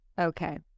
Okay